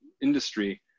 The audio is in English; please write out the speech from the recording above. industry